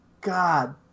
God